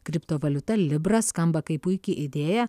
kriptovaliuta libra skamba kaip puiki idėja